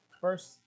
First